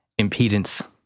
impedance